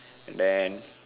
and then